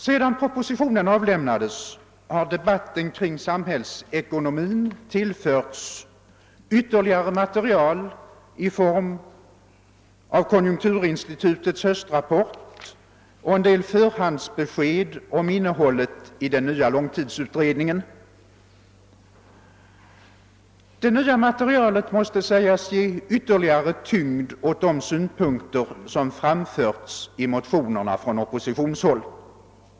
Sedan propositionen avlämnades har debatten om samhällsekonomin tillförts ytterligare material i form av konjunkturinstitutets höstrapport och en del förhandsbesked om innehållet i den nya långtidsutredningen. Detta nya ma terial måste sägas ge ytterligare tyngd åt de synpunkter, som från oppositionshåll framförts i motionerna.